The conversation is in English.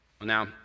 Now